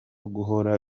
guhora